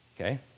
Okay